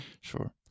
sure